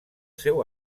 seu